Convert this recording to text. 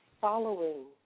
following